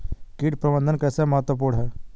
कीट प्रबंधन कैसे महत्वपूर्ण है?